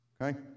Okay